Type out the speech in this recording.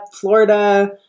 Florida